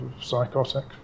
psychotic